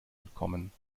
entkommen